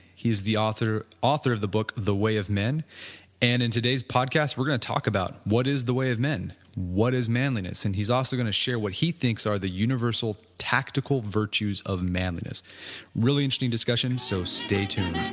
he is the author author of the book, the way of men and in today's podcast, we're going to talk about, what is the way of men and what is manliness and he's also going to share, what he thinks are the universal tactical virtues of manliness really interesting discussion, so stay tuned.